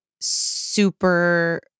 super